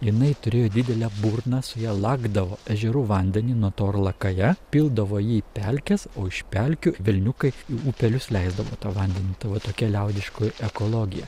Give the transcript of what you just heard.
jinai turėjo didelę burną su ja lakdavo ežerų vandenį nuo to ir lakaja pildavo jį į pelkes o iš pelkių velniukai į upelius leisdavo tą vandenį tai va tokia liaudiškoji ekologija